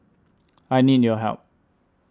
I need your help